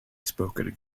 spoken